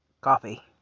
coffee